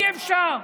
אי-אפשר.